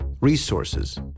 resources